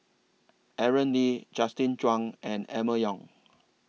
Aaron Lee Justin Zhuang and Emma Yong